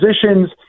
positions